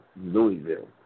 Louisville